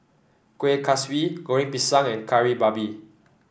Kuih Kaswi Goreng Pisang and Kari Babi